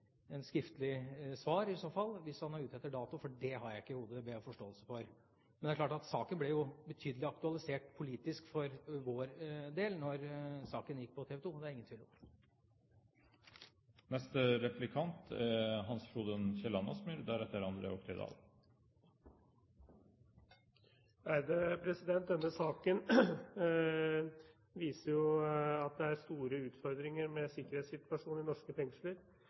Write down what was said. skriftlig svar, for det har jeg ikke i hodet, og det ber jeg om forståelse for. Men det er klart at saken ble betydelig aktualisert politisk for vår del da den gikk på TV 2. Det er det ingen tvil om. Denne saken viser jo at det er store utfordringer knyttet til sikkerhetssituasjonen i norske fengsler. For noen dager siden var statsrådens partikollega Jan Bøhler ute og kritiserte regjeringen for manglende sikkerhet ved Oslo fengsel. Det er flere slike eksempler. I